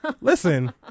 Listen